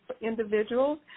individuals